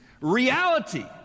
Reality